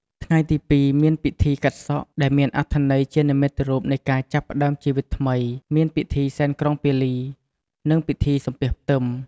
ថ្ងៃទី២ មាន ពិធីកាត់សក់ ដែលមានអត្ថន័យជានិមិត្តរូបនៃការចាប់ផ្តើមជីវិតថ្មី មានពិធីសែនក្រុងពាលី និងពិធីសំពះផ្ទឹម។